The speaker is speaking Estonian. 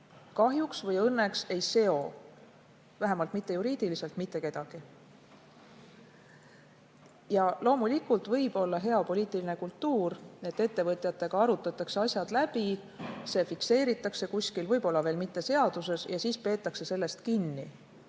kahjuks või õnneks ei seo vähemalt juriidiliselt mitte kedagi. Loomulikult võib olla hea poliitiline kultuur selline, et ettevõtjatega arutatakse asjad läbi, see fikseeritakse kuskil – võib‑olla veel mitte seaduses –, ja siis peetakse sellest kinni.